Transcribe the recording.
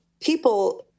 people